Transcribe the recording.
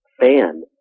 fan